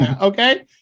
Okay